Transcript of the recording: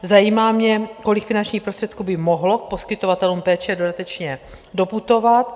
Zajímá mě, kolik finančních prostředků by mohlo poskytovatelům péče dodatečně doputovat?